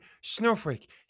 Snowflake